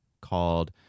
called